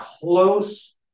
close